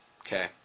Okay